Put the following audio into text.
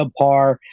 subpar